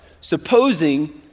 supposing